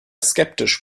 skeptisch